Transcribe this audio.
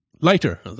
lighter